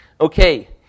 Okay